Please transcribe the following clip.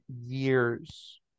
years